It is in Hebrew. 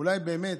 אולי באמת,